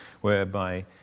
whereby